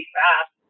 fast